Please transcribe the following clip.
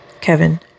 Kevin